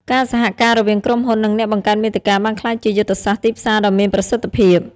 ការសហការរវាងក្រុមហ៊ុន និងអ្នកបង្កើតមាតិកាបានក្លាយជាយុទ្ធសាស្ត្រទីផ្សារដ៏មានប្រសិទ្ធភាព។